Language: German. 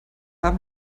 haben